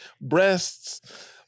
breasts